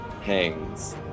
hangs